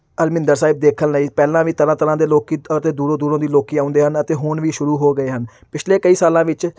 ਹਰਿਮੰਦਰ ਸਾਹਿਬ ਦੇਖਣ ਲਈ ਪਹਿਲਾਂ ਵੀ ਤਰ੍ਹਾਂ ਤਰ੍ਹਾਂ ਦੇ ਲੋਕ ਅਤੇ ਦੂਰੋਂ ਦੂਰੋਂ ਦੀ ਲੋਕ ਆਉਂਦੇ ਹਨ ਅਤੇ ਹੁਣ ਵੀ ਸ਼ੁਰੂ ਹੋ ਗਏ ਹਨ ਪਿਛਲੇ ਕਈ ਸਾਲਾਂ ਵਿੱਚ